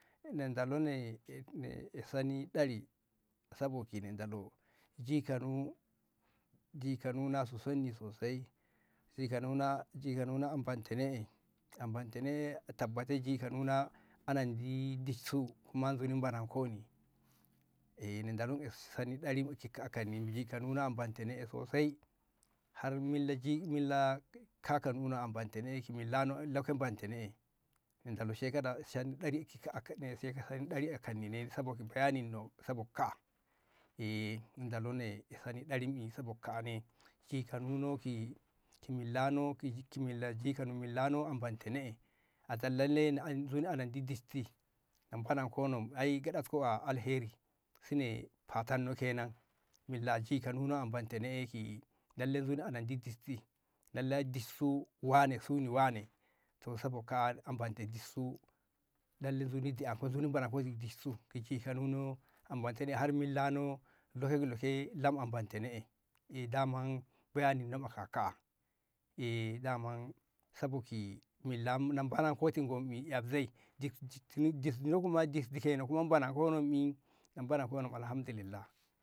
na dolo na e sani ɗari sabo ki na dolo jikanu jikanuna su sanni sosai jikanu jikanu na ambanta ne'e tabbate jikanuna anandi dishsu kuma nzuni banankoni e na dolo na iti sani ɗari a kani jikanuna ambanta ne sosai har millani milla kakanuna ambantane ki millano ke ambantane'e na dolo sani ɗari a kanni ne sabo bayaninno ne sabo ka kaa'a ɗarinmi jikanuno sabo kaa'a ki jikanuno ki jikanu milla no ambantono ne'e adalla ne'e nzuni ambantano nzuni anandi dishti a bananko nam ai gyaɗaktu alheri sine fatanno kenan milla no ki jikanuna ambantana'e lalle nzuni anandi dishti lalle dishsu wane suni wane to sabo kaa'a ambante dishsu ki jikanuna ki millano le lo kilo ke ambantana'e to daman bayaninno ki ka kaa'a e daman saboki milla mu na banankoti boni zoi diksheno kuma banankono mi na bananko alhamdulillah.